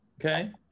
Okay